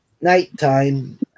nighttime